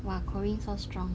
!wah! corinne so strong